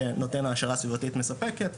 שנותן העשרה סביבתית מספקת.